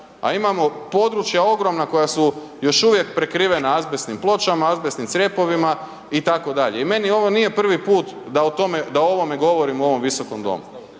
a imamo područja ogromna koja su još uvijek prekrivena azbestnim pločama, azbestnim crijepovima itd. I meni ovo nije prvi put da o tome, da o ovome govorim u ovom visokom domu.